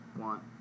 want